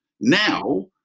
Now